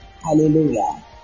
Hallelujah